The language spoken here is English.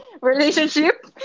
relationship